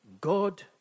God